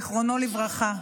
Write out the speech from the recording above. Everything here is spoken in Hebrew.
זכרו לברכה.